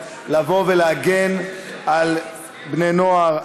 לבוא ולהגן על בני-נוער,